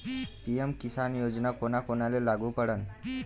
PM Kisan योजना कोना कोनाले लागू पडन?